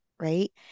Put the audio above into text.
Right